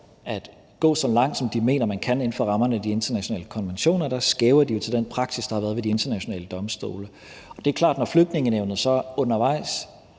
at gå så langt, som de mener man kan inden for rammerne af de internationale konventioner. Der skæver de til den praksis, der har været ved de internationale domstole. Det er klart, at når Flygtningenævnet så undervejs